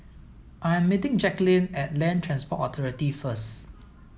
I am meeting Jacquline at Land Transport Authority first